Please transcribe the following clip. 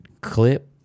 clip